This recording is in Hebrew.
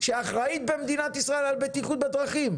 שאחראית במדינת ישראל על בטיחות בדרכים,